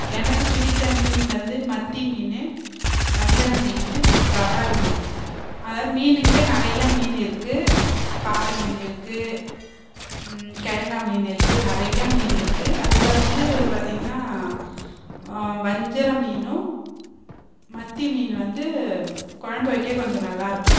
எனக்கு பிடித்த மீன் வந்து மத்தி மீன் வஞ்சரம் மீன் வவ்வால் மீன் அதாவது மீனுங்களே நிறையா மீன் இருக்குது பாறை மீன் இருக்குது கிழங்கா மீன் இருக்குது நிறையா மீன் இருக்குது அதில் வந்து பார்த்திங்கன்னா வஞ்சரம் மீனும் மத்தி மீன் வந்து குழம்பு வைக்க கொஞ்சம் நல்லாயிருக்கும்